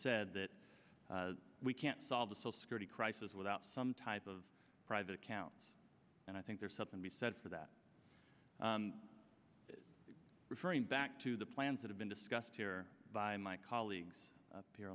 said that we can't solve the social security crisis without some type of private accounts and i think there's something to be said for that referring back to the plans that have been discussed here by my colleagues